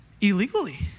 illegally